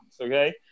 okay